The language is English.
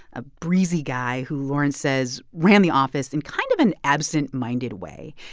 a breezy guy who lawrence says ran the office in kind of an absent-minded way.